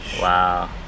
Wow